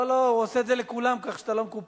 לא לא, הוא עושה את זה לכולם, כך שאתה לא מקופח.